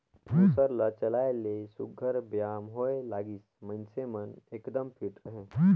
मूसर ल चलाए ले सुग्घर बेयाम होए लागिस, मइनसे मन एकदम फिट रहें